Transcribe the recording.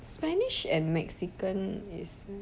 spanish and mexican is